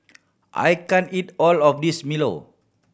I can't eat all of this milo